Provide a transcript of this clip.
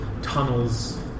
tunnels